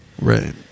Right